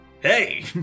Hey